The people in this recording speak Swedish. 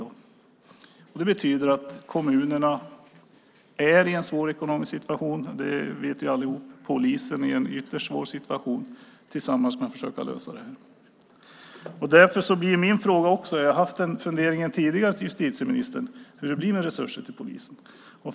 Det här betyder att kommunerna är i en svår ekonomisk situation - det vet vi allihop - och polisen är i en ytterst svår situation. Tillsammans ska man försöka lösa det här. Därför blir min fråga också - jag har haft den funderingen tidigare till justitieministern - hur det blir med resurser till polisen.